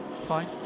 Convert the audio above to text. fine